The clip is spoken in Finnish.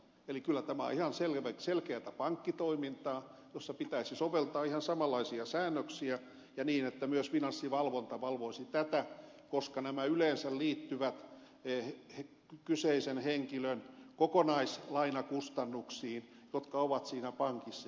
eli kyllä tämä on ihan selkeätä pankkitoimintaa jossa pitäisi soveltaa ihan samanlaisia säännöksiä ja niin että myös finanssivalvonta valvoisi tätä koska nämä yleensä liittyvät kyseisen henkilön kokonaislainakustannuksiin jotka ovat siinä pankissa